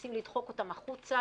שמנסים לדחוק אותם החוצה,